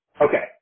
Okay